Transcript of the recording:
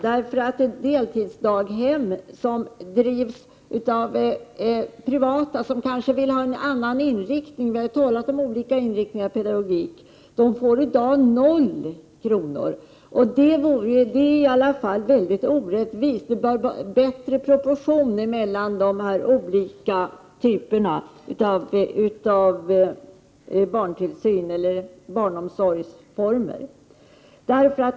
Deltidsdaghem som drivs av privata och som kanske vill ha en annan inriktning -— vi har ju talat om olika inriktningar av pedagogik — får i dag O kr., och det är väldigt orättvist. Det borde vara bättre proportioner mellan de olika barnomsorgsformerna.